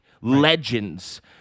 legends